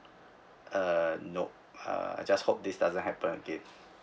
uh nope uh I just hope this doesn't happen again